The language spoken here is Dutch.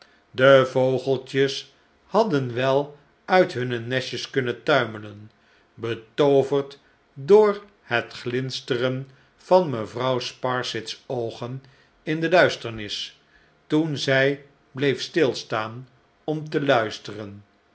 de vogeltjes hadden wel uit hunne nestjes kunnen tuimelen betooverd door het glinsteren van mevrouw sparsit's oogen in de duisternis toen zij bleef stilstaan om te luisteren